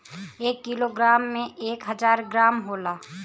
एक किलोग्राम में एक हजार ग्राम होला